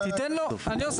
תודה.